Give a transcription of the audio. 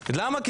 למה?